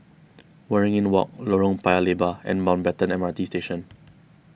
Waringin Walk Lorong Paya Lebar and Mountbatten M R T Station